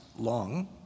long